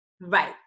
Right